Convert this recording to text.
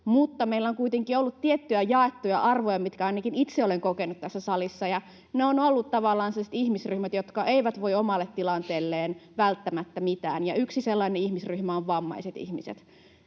meillä on kuitenkin ollut tiettyjä jaettuja arvoja, mitkä ainakin itse olen kokenut tässä salissa. Ne ovat olleet tavallaan sellaiset ihmisryhmät, jotka eivät voi omalle tilanteelleen välttämättä mitään, ja yksi sellainen ihmisryhmä on vammaiset ihmiset.